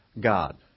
God